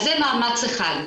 אז זה מאמץ אחד.